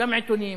גם עיתונים,